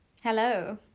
Hello